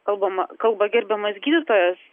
kalbama kalba gerbiamas gydytojas